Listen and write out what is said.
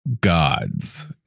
Gods